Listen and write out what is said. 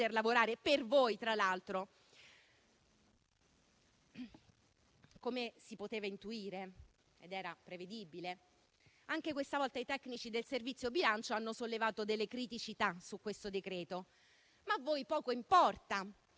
lavorare per voi? Come si poteva intuire ed era prevedibile, anche questa volta i tecnici del servizio bilancio hanno sollevato delle criticità su questo decreto, ma a voi poco importa.